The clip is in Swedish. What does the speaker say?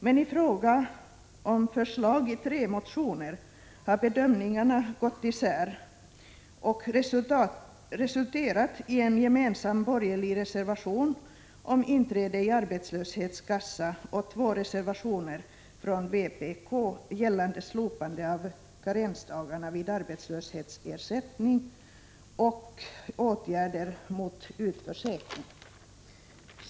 Men i fråga om förslag i tre motioner har bedömningarna gått isär och resulterat i en gemensam borgerlig reservation om inträde i arbetslöshetskassa och två reservationer från vpk, gällande slopande av karensdagarna vid arbetslöshetsersättning och åtgärder mot utförsäkring.